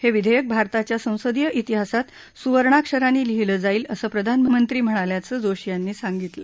हे विधेयक भारताच्या संसदीय तिहासात सुवर्णाक्षरांनी लिहिलं जाईल असं प्रधानमंत्री म्हणाल्याचं जोशी यांनी सांगितलं